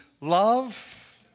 love